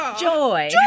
joy